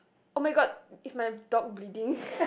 oh-my-god is my dog bleeding